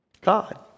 God